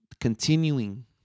continuing